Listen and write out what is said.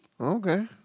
okay